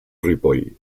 ripoll